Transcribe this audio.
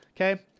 okay